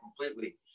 completely